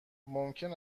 ممکن